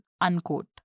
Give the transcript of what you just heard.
Unquote